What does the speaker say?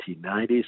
1990s